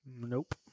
Nope